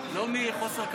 זה לא מחוסר כבוד.